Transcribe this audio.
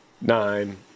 nine